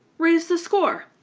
raise the score,